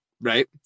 Right